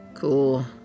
Cool